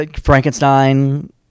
Frankenstein